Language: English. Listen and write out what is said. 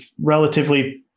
relatively